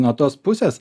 nuo tos pusės